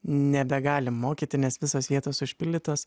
nebegalim mokyti nes visos vietos užpildytos